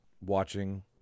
watching